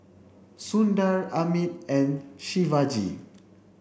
Sundar Amit and Shivaji